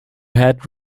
had